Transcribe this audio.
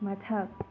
ꯃꯊꯛ